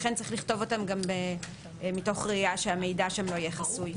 לכן צריך לכתוב אותם מתוך ראייה שהמידע שם לא יהיה חסוי.